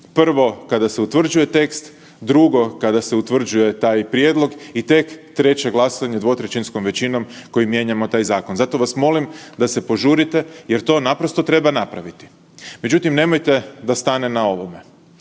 drugo kada se utvrđuje kada se utvrđuje taj prijedlog i tek treće glasanje dvotrećinskom većinom kojim mijenjamo taj zakon. Zato vas molim da se požurite jer to naprosto treba napraviti. Međutim, nemojte da stane na ovome.